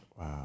Wow